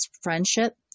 friendship